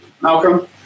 Malcolm